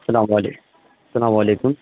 سلام علیہ السلام علیکم